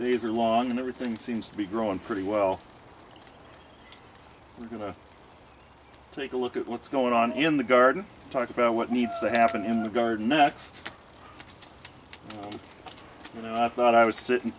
these are long and everything seems to be growing pretty well i'm going to take a look at what's going on in the garden talk about what needs to happen in the garden next you know i thought i was sitting